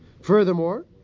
Furthermore